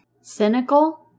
cynical